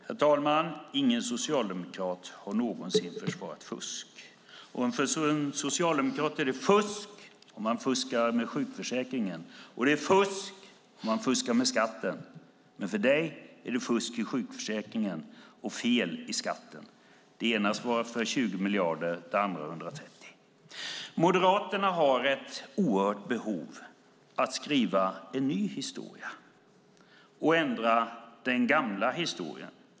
Herr talman! Ingen socialdemokrat har någonsin försvarat fusk. För en socialdemokrat är det fusk om man fuskar med sjukförsäkringen, och det är fusk om man fuskar med skatten. För dig är det fusk i sjukförsäkringen, och fel i skatten. Det ena svarar för 20 miljarder, det andra för 130. Moderaterna har ett oerhört behov av att skriva ny historia och ändra den gamla historien.